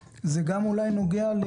בישיבה הקודמת דיברנו על